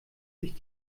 sich